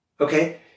okay